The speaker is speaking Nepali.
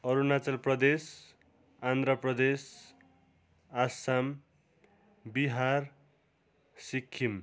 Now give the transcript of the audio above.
अरुणाचल प्रदेश आन्ध्रा प्रदेश आसम बिहार सिक्किम